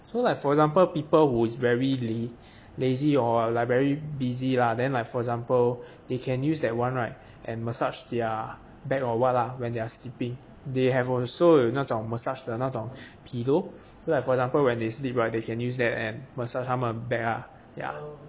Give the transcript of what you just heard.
so like for example people who is very lee lazy or like very busy lah then like for example they can use that [one] right and massage their back or what lah when they are sleeping they have also 有那种 massage 的那种 pillow so like for example when they sleep right they can use that and massage 他们的 back ah ya